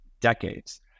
decades